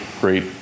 great